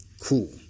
cool